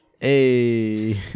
Hey